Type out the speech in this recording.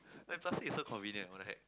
then plus is so convenient right